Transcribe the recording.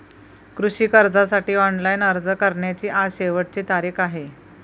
कृषी कर्जासाठी ऑनलाइन अर्ज करण्याची आज शेवटची तारीख आहे